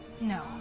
No